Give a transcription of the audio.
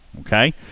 okay